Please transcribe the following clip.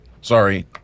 Sorry